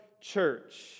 church